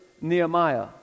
Nehemiah